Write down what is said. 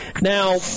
now